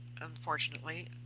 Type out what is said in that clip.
unfortunately